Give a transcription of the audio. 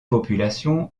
populations